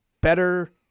better